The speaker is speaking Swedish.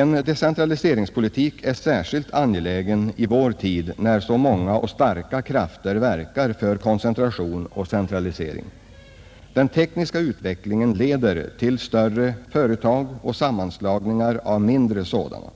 En decentraliseringspolitik är särskilt angelägen i vår tid, när så många och starka krafter verkar för koncentration och centralisering. Den tekniska utvecklingen leder till större företag och sammanslagningar av mindre sådana.